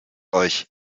euch